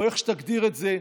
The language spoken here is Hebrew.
או איך שתגדיר את זה,